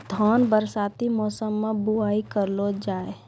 धान बरसाती मौसम बुवाई करलो जा?